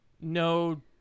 no